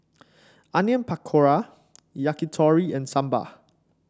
Onion Pakora Yakitori and Sambar